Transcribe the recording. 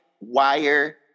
wire